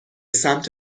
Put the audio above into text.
سمت